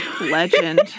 Legend